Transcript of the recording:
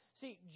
See